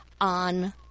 on